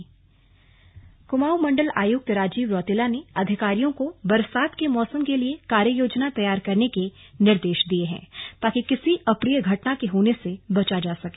slug Almora monsoon तैयारी कुमाऊँ मण्डल आयुक्त राजीव रौतेला ने अधिकारियों को बरसात के मौसम के लिए कार्य योजना तैयार करने के निर्देश दिये हैं ताकि किसी अप्रिय घटना के होने से बचा जा सके